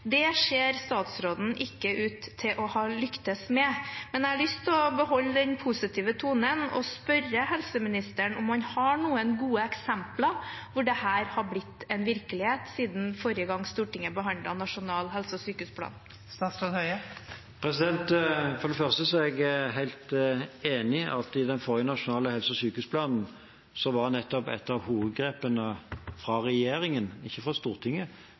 Det ser statsråden ikke ut til å ha lyktes med. Men jeg har lyst til å beholde den positive tonen og spørre helseministeren om han har noen gode eksempler på at dette er blitt virkelighet siden forrige gang Stortinget behandlet Nasjonal helse- og sykehusplan. For det første er jeg helt enig i at i den forrige helse- og sykehusplanen var nettopp et av hovedgrepene fra regjeringen – ikke fra Stortinget,